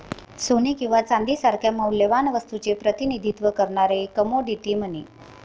सोने किंवा चांदी सारख्या मौल्यवान वस्तूचे प्रतिनिधित्व करणारे कमोडिटी मनी